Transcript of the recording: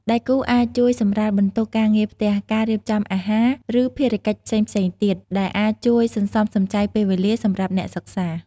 ដៃគូអាចជួយសម្រាលបន្ទុកការងារផ្ទះ ការរៀបចំអាហារ ឬភារកិច្ចផ្សេងៗទៀត ដែលអាចជួយសន្សំសំចៃពេលវេលាសម្រាប់អ្នកសិក្សា។